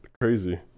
crazy